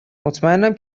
مطمئنم